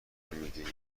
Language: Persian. میدونی